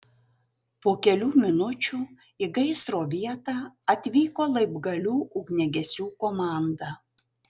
po kelių minučių į gaisro vietą atvyko laibgalių ugniagesių komanda